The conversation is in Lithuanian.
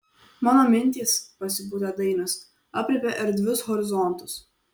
mano mintys pasipūtė dainius aprėpia erdvius horizontus